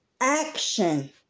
action